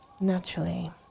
Naturally